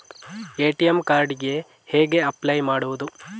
ATM card ಗೆ ಹೇಗೆ apply ಮಾಡುವುದು?